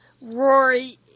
Rory